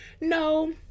no